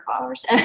hours